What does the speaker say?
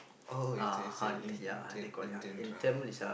how old is this In~ In~ Indian Indian drama